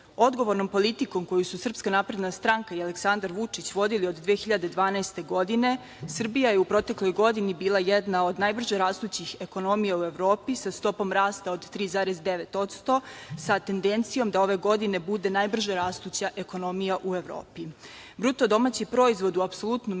svetu. Odgovrnom politikom koju su SNS i Aleksandar Vučić, vodili od 2012. godine, Srbija je u protekloj godini bila jedna od najbrže rastućih ekonomija u Evropi, sa stopom rasta od 3,9%, sa tendencijom da ove godine bude najbrže rastuća ekonomija u Evropi. Bruto domaći proizvod u apsolutnom